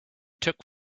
took